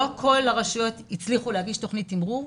לא כל הרשויות הצליחו להגיש תוכנית תמרור,